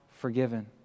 forgiven